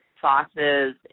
sauces